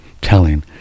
telling